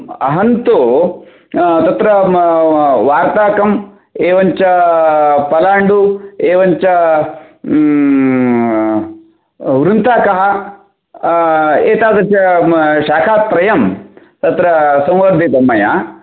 अहं तु तत्र वार्ताकम् एवञ्च पलाण्डु एवञ्च वृन्ताकः एतादृश शाकात्रयं तत्र सम्वर्धितं मया